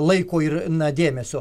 laiko ir na dėmesio